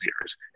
years